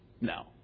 No